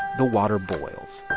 the water boils